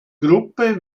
gruppe